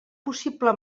possible